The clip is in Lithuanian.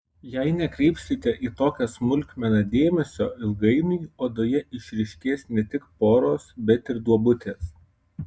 jei nekreipsite į tokią smulkmeną dėmesio ilgainiui odoje išryškės ne tik poros bet ir duobutės